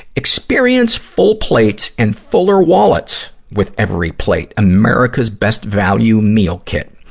experience full plates and fuller wallets with everyplate, america's best value meal kit.